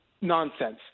nonsense